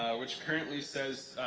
which currently says